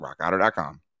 rockauto.com